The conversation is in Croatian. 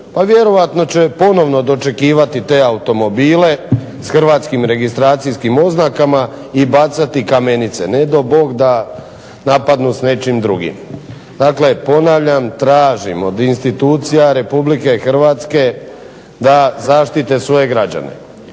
vjerojatno će ponovno dočekivati te automobile s hrvatskim registracijskim oznakama i bacati kamenice. Nedo Bog da napadnu s nečim drugim. Dakle ponavljam, tražim od institucija Republike Hrvatske da zaštite svoje građane.